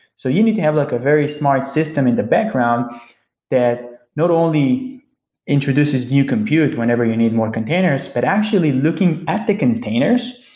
so you need to have like a very smart system in the background that not only introduces new compute whenever you need more containers, but actually looking at the containers,